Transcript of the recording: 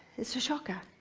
it's a shocker,